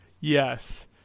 yes